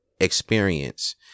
experience